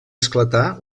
esclatar